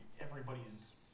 everybody's